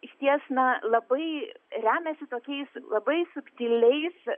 išties na labai remiasi tokiais labai subtiliais